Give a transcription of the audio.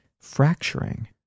fracturing